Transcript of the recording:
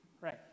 Right